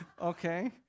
Okay